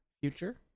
Future